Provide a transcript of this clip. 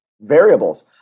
variables